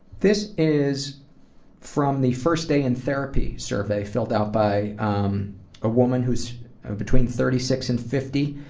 this is from the first day in therapy survey filled out by um a woman who's between thirty six and fifty.